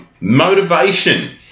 motivation